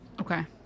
Okay